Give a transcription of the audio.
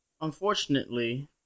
unfortunately